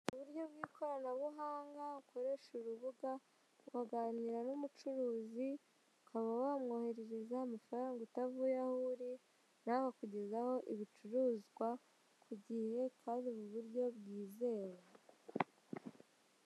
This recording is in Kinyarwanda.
Uburyo bw'ikoranabuhanga ukoresha urubuga ukaganira n'umucuruzi ukaba wamwoherereza amafaranga utavuye aho uri nawe akakugezaho ibicuruzwa ku gihe kandi mu buryo bwizewe